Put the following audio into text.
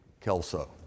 Kelso